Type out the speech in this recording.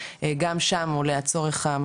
מה אתה חושב שצריך להיות?